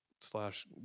slash